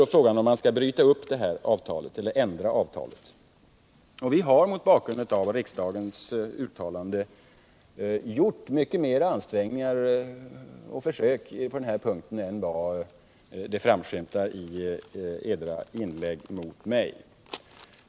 Då är frågan om man skall bryta upp eller ändra det träffade avtalet, och vi har mot bakgrund av riksdagens uttalande gjort mycket större avsträngningar på denna punkt än vad som framskymtar i era inlägg mot mig.